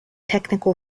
technical